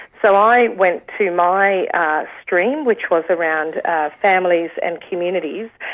so i went to my stream, which was around families and communities,